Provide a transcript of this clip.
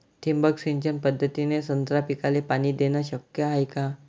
ठिबक सिंचन पद्धतीने संत्रा पिकाले पाणी देणे शक्य हाये का?